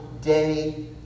day